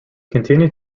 continue